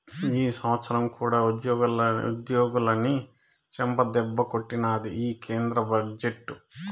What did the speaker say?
ఈ సంవత్సరం కూడా ఉద్యోగులని చెంపదెబ్బే కొట్టినాది ఈ కేంద్ర బడ్జెట్టు